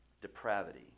depravity